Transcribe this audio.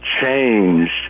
changed